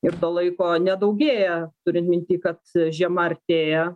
ir to laiko nedaugėja turint minty kad žiema artėja